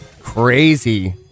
crazy